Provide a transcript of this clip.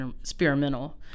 experimental